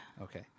Okay